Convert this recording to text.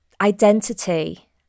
identity